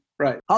Right